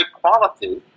quality